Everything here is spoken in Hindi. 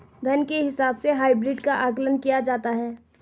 धन के हिसाब से हाइब्रिड का आकलन किया जाता है